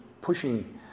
pushing